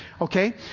okay